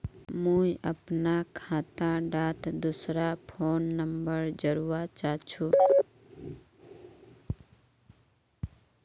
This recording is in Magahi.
मुई अपना खाता डात दूसरा फोन नंबर जोड़वा चाहची?